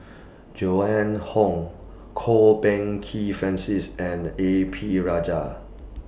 Joan Hon Kwok Peng Kin Francis and A P Rajah